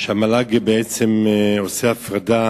שהמל"ג בעצם עושה הפרדה